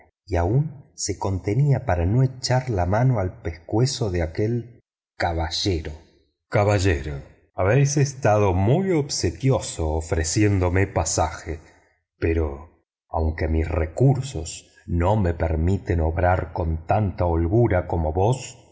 y aun se contenía para no echar mano al pescuezo de aquel caballero caballero habéis estado muy obsequioso ofreciendome pasaje pero aunque mis recuerdos no me permiten obrar con tanta holgura como vos